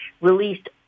released